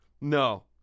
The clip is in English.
No